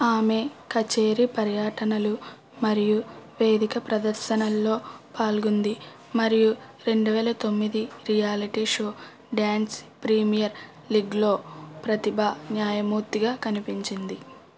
ఆమె కచేరీ పర్యటనలు మరియు వేదిక ప్రదర్శనల్లో పాల్గొంది మరియు రెండు వేల తొమ్మిది రియాలిటీ షో డాన్స్ ప్రీమియర్ లీగ్లో ప్రతిభా న్యాయమూర్తిగా కనిపించింది